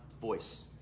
voice